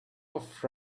off